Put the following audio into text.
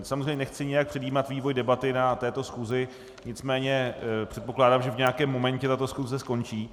Samozřejmě nechci nějak předjímat vývoj debaty na této schůzi, nicméně předpokládám, že v nějakém momentě tato schůze skončí.